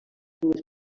dues